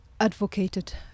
advocated